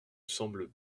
semble